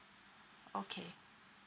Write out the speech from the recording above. okay